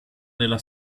della